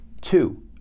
two